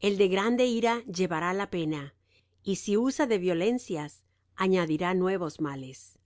el de grande ira llevará la pena y si usa de violencias añadirá nuevos males